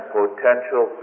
potential